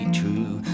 true